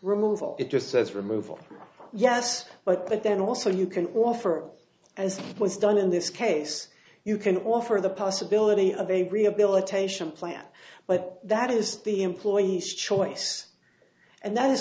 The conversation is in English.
removal it just says removal yes but then also you can offer as it was done in this case you can offer the possibility of a rehabilitation plan but that is the employee's choice and that is